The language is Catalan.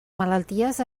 malalties